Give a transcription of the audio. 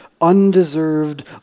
undeserved